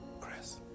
Chris